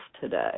today